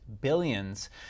billions